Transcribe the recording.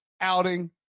outing